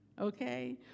okay